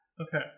Okay